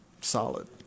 solid